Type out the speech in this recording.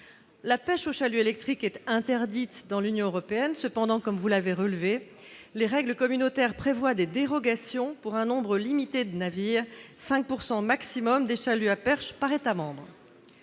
la pêche au chalut électrique est interdite dans l'Union européenne. Cependant, comme vous l'avez relevé, les règles communautaires prévoient des dérogations pour un nombre limité de navires : au maximum 5 % des chaluts à perche par État membre.